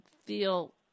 feel